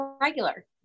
regular